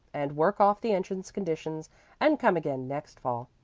and work off the entrance conditions and come again next fall.